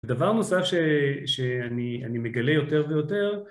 דבר נוסף שאני מגלה יותר ויותר